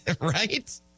right